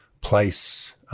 place –